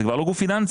זה כבר לא גוף פיננסי.